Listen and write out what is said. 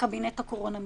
בקבינט הקורונה מבחינתם,